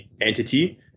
entity